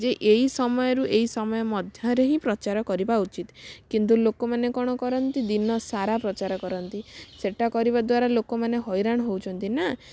ଯେ ଏଇ ସମୟରୁ ଏଇ ସମୟ ମଧ୍ୟରେ ହିଁ ପ୍ରଚାର କରିବା ଉଚିତ୍ କିନ୍ତୁ ଲୋକମାନେ କ'ଣ କରନ୍ତି ଦିନ ସାରା ପ୍ରଚାର କରନ୍ତି ସେଇଟା କରିବା ଦ୍ଵାରା ଲୋକମାନେ ହଇରାଣ ହେଉଛନ୍ତି ନା